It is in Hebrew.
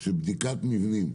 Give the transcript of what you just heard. של בדיקת מבנים.